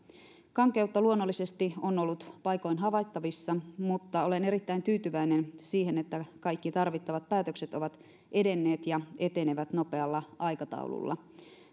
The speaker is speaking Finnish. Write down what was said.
kankeutta luonnollisesti on ollut paikoin havaittavissa mutta olen erittäin tyytyväinen siihen että kaikki tarvittavat päätökset ovat edenneet ja etenevät nopealla aikataululla